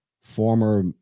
former